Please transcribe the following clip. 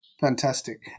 fantastic